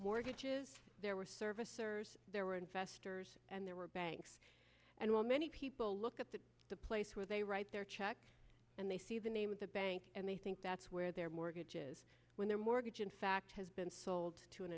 mortgages there were servicers there were investors and there were banks and well many people look up to the place where they write their check and they see the name of the bank and they think that's where their mortgage is when their mortgage in fact has been sold to an